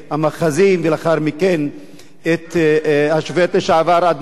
ולאחר מכן השופט לשעבר אדמונד לוי,